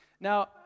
Now